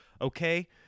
Okay